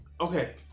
Okay